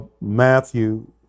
Matthew